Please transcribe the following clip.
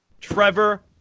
Trevor